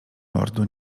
mordu